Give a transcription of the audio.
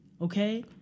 Okay